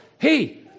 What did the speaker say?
Hey